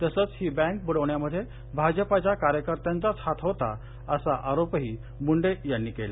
तसंच ही बँक बुडवण्यामध्ये भाजपाच्या कार्यकर्त्यांचाच हात होता असा आरोपही मुंडे यांनी केला